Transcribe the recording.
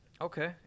Okay